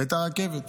הסכימו רק ברכבת.